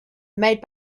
made